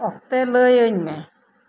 ᱚᱠᱛᱮ ᱞᱟ ᱭ ᱟ ᱧ ᱢᱮ